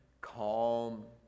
calm